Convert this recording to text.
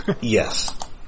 Yes